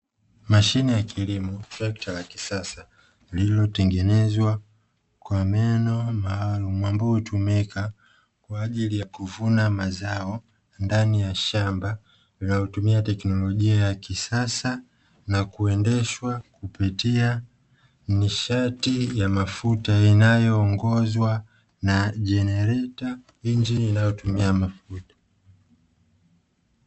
Mashine ya kilimo trekta la kisasa, lililotengeneza kwa meno maneno maalum ambayo tumeweka kwa ajili ya kuvuna mazao ndani ya shamba, linautumia teknolojia ya kisasa na kuendeshwa kupitia nishati ya mafuta inayoongozwa na jenereta injini inayotumia mafuta.